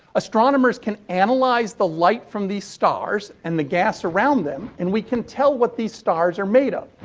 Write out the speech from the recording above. astronomers can analyze the light from these stars, and the gas around them, and we can tell what these stars are made of.